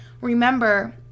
remember